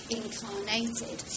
incarnated